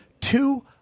two